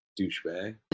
douchebag